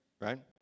Right